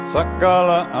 Sakala